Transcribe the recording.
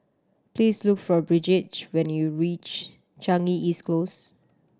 please look for Bridgette when you reach Changi East Close